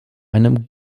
einem